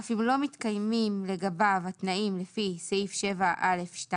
אף אם לא מתקיימים לגביו התנאים לפי סעיף 7(א)(2)